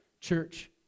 church